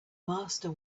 master